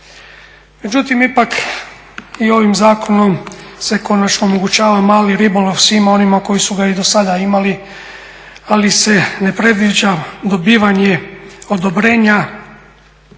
Međutim, ipak i ovim zakonom se konačno omogućava mali ribolov svima onima koji su ga i do sada imali ali se ne predviđa dobivanje odobrenja